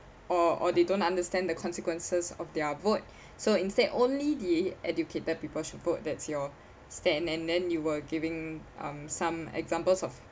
or or they don't understand the consequences of their vote so instead only the educated people should vote that's your stand and then you were giving um some examples of